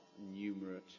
numerate